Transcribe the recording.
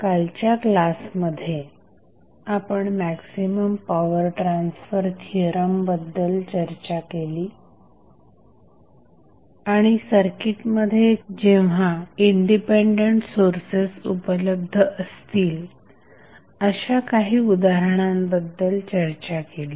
कालच्या क्लासमध्ये आपण मॅक्झिमम पॉवर ट्रान्सफर थिअरम बद्दल चर्चा केली आणि सर्किटमध्ये जेव्हा इंडिपेंडेंट सोर्सेस उपलब्ध असतील अशा काही उदाहरणाबद्दल चर्चा केली